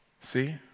See